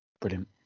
brilliant